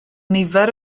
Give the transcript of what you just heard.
nifer